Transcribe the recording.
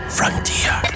Frontier